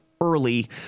early